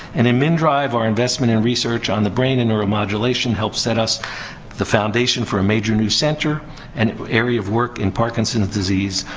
and, um in mndrive, our investment in research on the brain and neuromodulation help set us the foundation for a major new center and area of work in parkinson's disease.